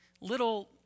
Little